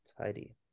tidy